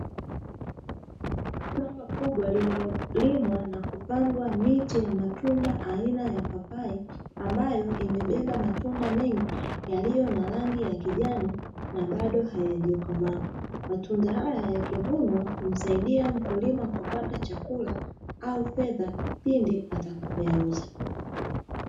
Shamba kubwa lililolimwa na kupandwa miti ya matunda aina ya papai, ambayo imebeba matunda mengi yaliyo na rangi ya kijani na bado hayajakomaa. Matunda haya yakivunwa humsaidia mkulima kupata chakula au fedha pindi atakapoyauza.